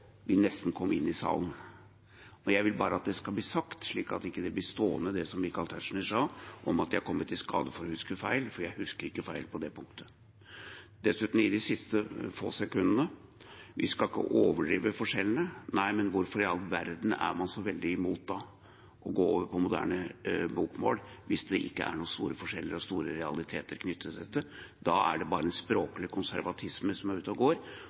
vi kom inn i salen. Jeg vil bare at dette skal bli sagt, slik at det ikke blir stående, det som Michael Tetzschner sa om at jeg har kommet i skade for å huske feil, for jeg husker ikke feil på det punktet. Dessuten – i de siste få sekundene – til det at vi ikke skal overdrive forskjellene: Nei, men hvorfor i all verden er man da så veldig imot å gå over til moderne bokmål, hvis det ikke er noen store forskjeller og store realiteter knyttet til dette? Da er det bare en språklig konservatisme som er ute og går,